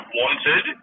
wanted